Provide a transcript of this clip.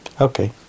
Okay